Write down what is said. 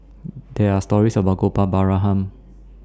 There Are stories about Gopal Baratham Han